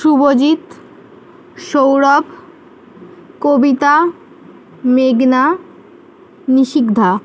শুভজিৎ সৌরভ কবিতা মেঘনা নিশিগ্ধা